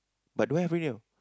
but don't have already no